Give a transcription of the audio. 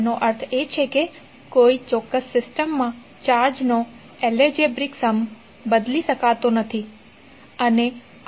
તેનો અર્થ એ છે કે કોઈ ચોક્કસ સિસ્ટમ માં ચાર્જ નો એલજિબ્રિક સમ બદલી શકતો નથી